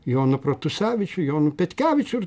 jonu protusevičiu jonu petkevičiu ir